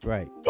Right